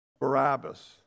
Barabbas